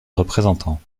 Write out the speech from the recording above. représentants